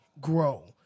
grow